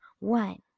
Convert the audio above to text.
One